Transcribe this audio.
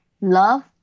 love